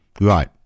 Right